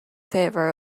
favor